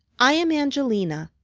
i am angelina,